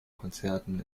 konzerten